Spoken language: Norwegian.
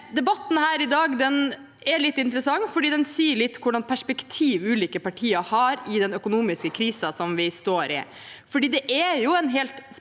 Debatten her i dag er litt interessant, for den sier litt om hvilke perspektiv ulike partier har i den økonomiske krisen som vi står i, for det er en helt spesiell